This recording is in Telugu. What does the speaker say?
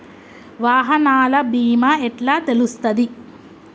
వాహనాల బీమా ఎట్ల తెలుస్తది?